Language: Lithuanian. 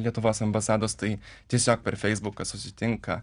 lietuvos ambasados tai tiesiog per feisbuką susitinka